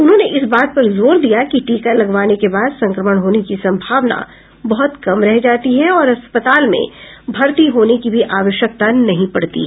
उन्होंने इस बात पर जोर दिया कि टीका लगवाने के बाद संक्रमण होने की संभावना बहुत कम रह जाती है और अस्पताल में भर्ती होने की भी आवश्यकता नहीं पडती है